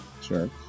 Sure